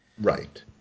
Right